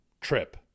trip